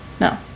no